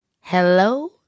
hello